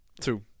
Two